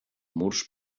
murs